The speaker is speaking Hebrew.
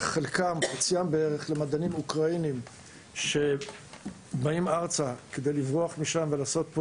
שחציין למדענים אוקראינים שבאים ארצה כדי לברוח משם כדי לעשות שם